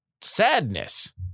sadness